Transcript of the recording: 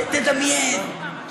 תדמיין,